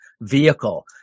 vehicle